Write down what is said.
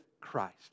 Christ